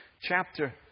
Chapter